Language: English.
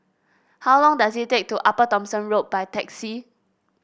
how long does it take to Upper Thomson Road by taxi